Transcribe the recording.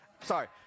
Sorry